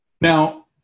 Now